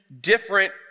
different